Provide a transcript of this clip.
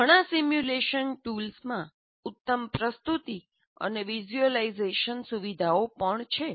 ઘણા સિમ્યુલેશન ટૂલ્સમાં ઉત્તમ પ્રસ્તુતિ અને વિઝ્યુલાઇઝેશન સુવિધાઓ પણ છે